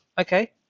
okay